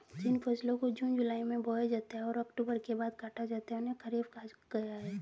जिन फसलों को जून जुलाई में बोया जाता है और अक्टूबर के बाद काटा जाता है उन्हें खरीफ कहा गया है